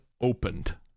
opened